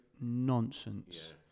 nonsense